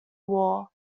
war